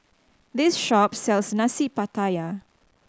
this shop sells Nasi Pattaya